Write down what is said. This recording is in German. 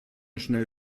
schnell